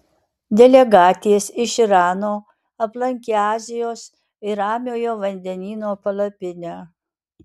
delegatės iš irano aplankė azijos ir ramiojo vandenyno palapinę